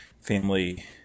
family